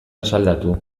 asaldatu